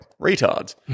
retards